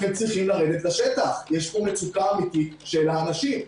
אתם צריכים לרדת לשטח יש פה מצוקה אמיתית של האנשים.